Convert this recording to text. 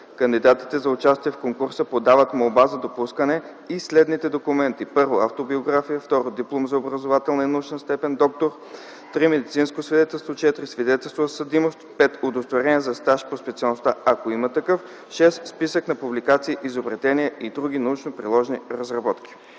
Кандидатите за участие в конкурса подават молба за допускане и следните документи: 1. автобиография; 2. диплом за образователната и научна степен „доктор”; 3. медицинско свидетелство; 4. свидетелство за съдимост; 5. удостоверение за стаж по специалността, ако има такъв; 6. списък на публикации, изобретения и други научно-приложни разработки.”